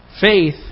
faith